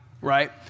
right